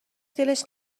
دلش